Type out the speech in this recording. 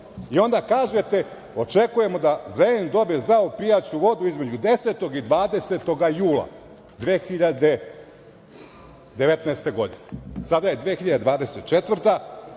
i onda kažete – očekujemo da Zrenjanin dobije zdravu pijaću vodu između 10. i 20. jula 2019. godine. Sada je 2024. godina,